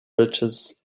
bridges